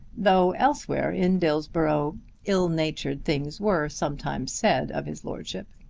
though elsewhere in dillsborough ill-natured things were sometimes said of his lordship.